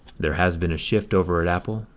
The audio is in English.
there has been a shift over at apple.